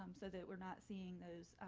um so that we're not seeing those